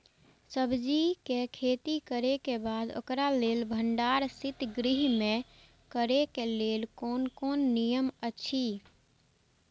सब्जीके खेती करे के बाद ओकरा लेल भण्डार शित गृह में करे के लेल कोन कोन नियम अछि?